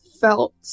felt